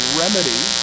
remedy